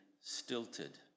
stilted